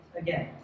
again